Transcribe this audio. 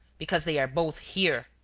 because they are both here.